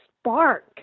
spark